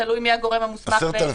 תלוי מי הגורם המוסמך בעת --- 10,000